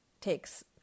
takes